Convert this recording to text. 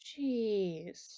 Jeez